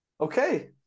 Okay